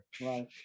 right